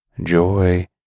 Joy